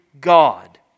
God